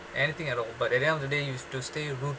anything at all but at the end of the day you you stay root~